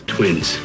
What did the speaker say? Twins